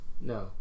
No